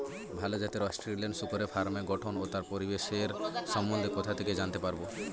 ভাল জাতের অস্ট্রেলিয়ান শূকরের ফার্মের গঠন ও তার পরিবেশের সম্বন্ধে কোথা থেকে জানতে পারবো?